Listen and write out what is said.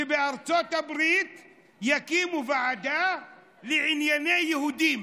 שבארצות הברית יקימו ועדה לענייני יהודים.